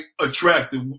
attractive